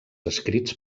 escrits